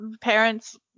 Parents